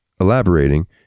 Elaborating